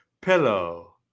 pillow